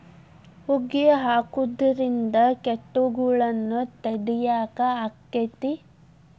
ಹೊಗಿ ಹಾಕುದ್ರಿಂದ ಕೇಟಗೊಳ್ನ ತಡಿಯಾಕ ಆಕ್ಕೆತಿ?